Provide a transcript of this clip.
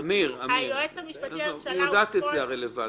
עזוב אמיר, היא יודעת את זה לבד.